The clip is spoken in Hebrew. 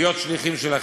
החשובים ביותר,